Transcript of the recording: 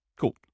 Cool